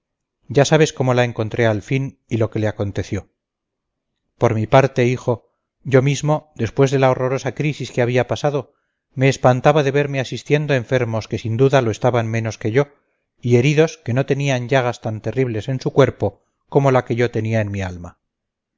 ya sabes cómo la encontré al fin y lo que le aconteció por mi parte hijo yo mismo después de la horrorosa crisis que había pasado me espantaba de verme asistiendo enfermos que sin duda lo estaban menos que yo y heridos que no tenían llagas tan terribles en su